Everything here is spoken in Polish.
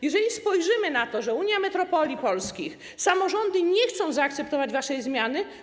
Jeżeli spojrzymy na to, że Unia Metropolii Polskich i samorządy nie chcą zaakceptować waszej zmiany.